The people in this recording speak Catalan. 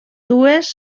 dues